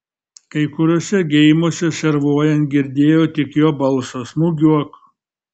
kai kuriuose geimuose servuojant girdėjo tik jo balsą smūgiuok